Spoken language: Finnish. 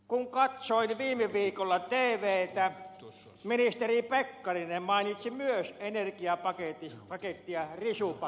kun katsoin viime viikolla tvtä ministeri pekkarinen mainitsi myös energiapakettia risupaketiksi